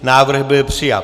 Návrh byl přijat.